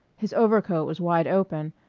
his overcoat was wide open,